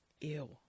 ew